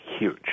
Huge